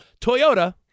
Toyota